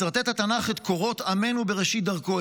מסרטט התנ"ך את קורות עמנו בראשית דרכו,